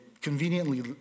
conveniently